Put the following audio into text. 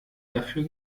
dafür